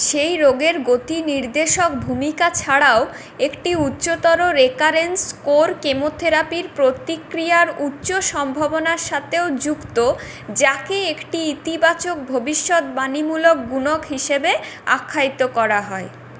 সেই রোগের গতি নির্দেশক ভূমিকা ছাড়াও একটি উচ্চতর রেকারেন্স স্কোর কেমোথেরাপির প্রতিক্রিয়ার উচ্চ সম্ভাবনার সাথেও যুক্ত যাকে একটি ইতিবাচক ভবিষ্যদ্বাণীমূলক গুণক হিসেবে আখ্যায়িত করা হয়